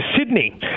Sydney